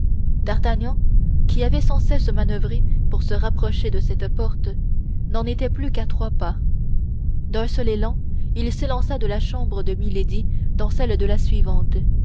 d'artagnan qui avait sans cesse manoeuvré pour se rapprocher de cette porte n'en était plus qu'à trois pas d'un seul élan il s'élança de la chambre de milady dans celle de la suivante